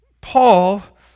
Paul